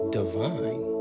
divine